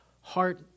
heart